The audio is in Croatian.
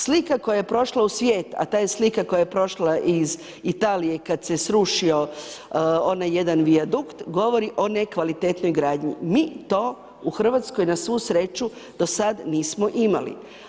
Slika koja je prošla u svijet a ta je slika koja je prošla iz Italije kada se srušio onaj jedan vijadukt govori o nekvalitetnoj gradnji, mi to u Hrvatskoj na svu sreću do sad nismo imali.